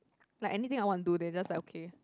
like anything I want to do they just like okay